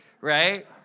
right